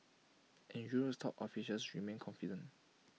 and Europe's top officials remain confident